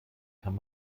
kann